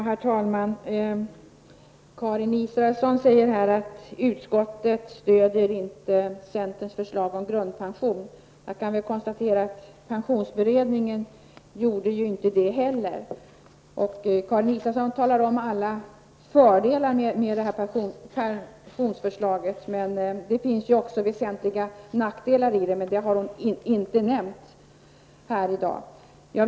Herr talman! Karin Israelsson säger här att utskottet inte stöder centerns förslag om grundpension. Jag konstaterar då att inte heller pensionsberedningen har gjort det. Karin Israelsson nämner alla fördelar med det här pensionsförslaget. Men jag vill framhålla att det också finns väsentliga nackdelar. Dessa har Karin Israelsson inte nämnt i debatten i dag.